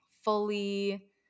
fully